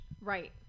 Right